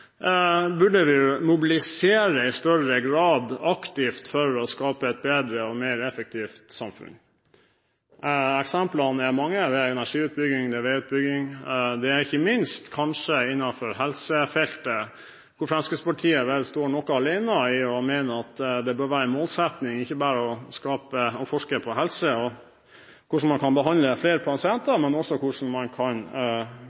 burde vi i større grad aktivt mobilisere for å skape et bedre og mer effektivt samfunn. Eksemplene er mange. Det gjelder energiutbygging, veiutbygging og, ikke minst, kanskje helsefeltet, hvor Fremskrittspartiet vel står noe alene i å mene at det bør være en målsetting ikke bare å forske på helse og på hvordan man kan behandle flere pasienter, men også på